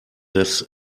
das